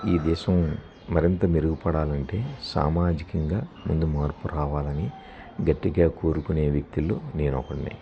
ఈ దేశం మరింత మెరుగుపడాలంటే సామాజికంగా ముందు మార్పు రావాలని గట్టిగా కోరుకునే వ్యక్తుల్లో నేను ఒకన్నా